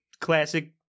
classic